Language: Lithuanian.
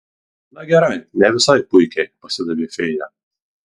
na gerai ne visai puikiai pasidavė fėja